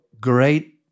great